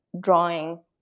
drawing